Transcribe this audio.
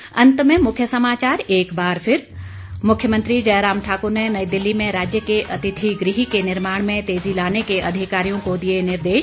अंत में मुख्य समाचार एक बार फिर मुख्यमंत्री जयराम ठाकुर ने नई दिल्ली में राज्य के अतिथि गृह के निर्माण में तेज़ी लाने के अधिकारियों को दिए निर्देश